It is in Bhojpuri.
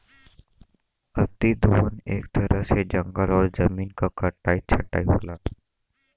अति दोहन एक तरह से जंगल और जमीन क कटाई छटाई होला